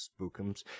spookums